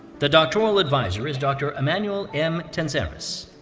the doctoral advisor is dr. emmanouil m. tentzeris.